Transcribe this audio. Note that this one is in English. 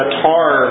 tar